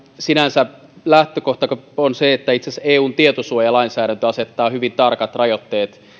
sinänsä lähtökohta on se että itse asiassa eun tietosuojalainsäädäntö asettaa hyvin tarkat rajoitteet